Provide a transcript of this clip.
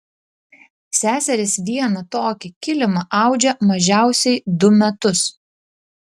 seserys vieną tokį kilimą audžia mažiausiai du metus